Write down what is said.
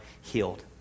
healed